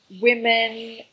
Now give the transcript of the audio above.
women